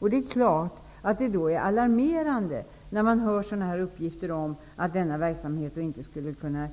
Det är klart att det då är alarmerande när man hör uppgifter om att denna verksamhet inte skulle kunna